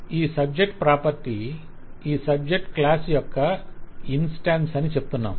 ఈ subject property ఈ subject class యొక్క యొక్క ఇన్స్టాన్స్ అని చెప్తున్నాము